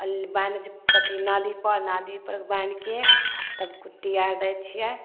अ बान्हि दै छिए नादीपर नादीपर बान्हिके तब कुट्टी आर दै छिए